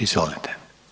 Izvolite.